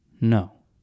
no